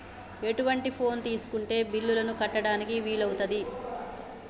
ఎటువంటి ఫోన్ తీసుకుంటే బిల్లులను కట్టడానికి వీలవుతది?